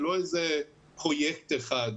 זה לא איזה פרויקט אחד.